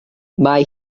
mae